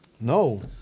no